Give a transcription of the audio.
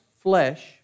flesh